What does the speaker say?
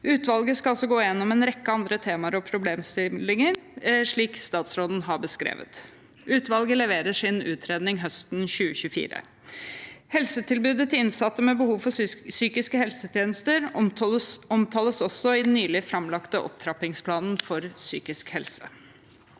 Utvalget skal også gå gjennom en rekke andre temaer og problemstillinger, slik statsråden har beskrevet. Utvalget leverer sin utredning høsten 2024. Helsetilbudet til innsatte med behov for psykiske helsetjenester omtales også i den nylig framlagte opptrappingsplanen for psykisk helse.